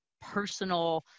personal